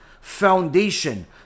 foundation